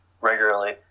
regularly